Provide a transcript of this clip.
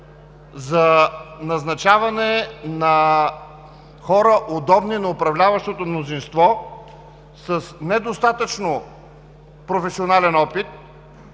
за назначаване на хора, удобни на управляващото мнозинство, с недостатъчно професионален опит,